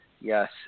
Yes